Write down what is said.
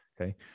okay